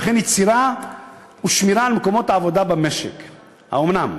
וכן יצירה ושמירה על מקומות העבודה במשק"; האומנם?